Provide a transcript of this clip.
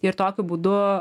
ir tokiu būdu